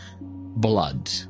blood